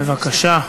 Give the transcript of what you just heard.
בבקשה.